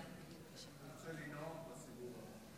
אני רוצה לנאום בסיבוב הבא.